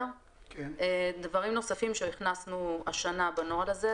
דברים נוספים שהכנסנו השנה בנוהל הזה,